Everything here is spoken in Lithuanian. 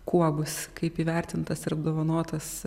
kuo bus kaip įvertintas ir apdovanotas